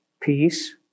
peace